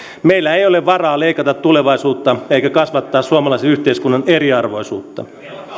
meillä ei ole varaa leikata tulevaisuudesta eikä kasvattaa suomalaisen yhteiskunnan eriarvoisuutta